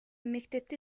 мектепти